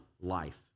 life